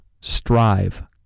Strive